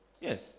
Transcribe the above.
Yes